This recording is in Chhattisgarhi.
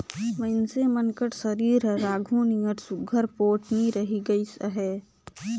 मइनसे मन कर सरीर हर आघु नियर सुग्घर पोठ नी रहि गइस अहे